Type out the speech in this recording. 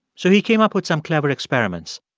so he came up with some clever experiments